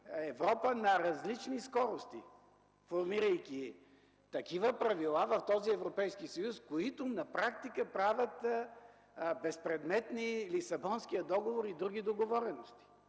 Европа на различни скорости, формирайки такива правила в този Европейски съюз, които на практика правят безпредметни и Лисабонския договор, и други договорености.